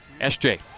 SJ